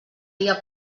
dia